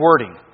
wording